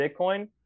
Bitcoin